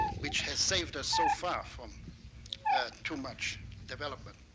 which has saved us so far from too much development.